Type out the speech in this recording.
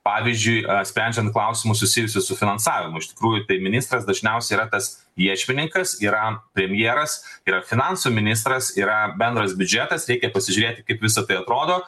pavyzdžiui sprendžiant klausimus susijusius su finansavimu iš tikrųjų tai ministras dažniausiai yra tas iešmininkas yra premjeras yra finansų ministras yra bendras biudžetas reikia pasižiūrėti kaip visa tai atrodo